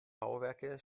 bauwerke